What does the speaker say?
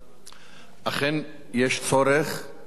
אכן יש צורך בהגנת העורף.